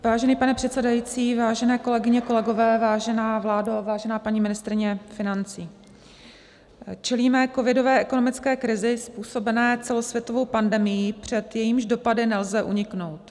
Vážený pane předsedající, vážené kolegyně, kolegové, vážená vládo, vážená paní ministryně financí, čelíme covidové ekonomické krizi způsobené celosvětovou pandemií, před jejímiž dopady nelze uniknout.